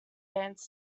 dance